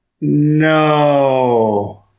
no